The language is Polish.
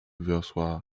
wiosła